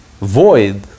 void